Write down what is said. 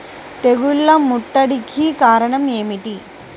తెగుళ్ల ముట్టడికి కారణం ఏమిటి?